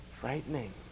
Frightening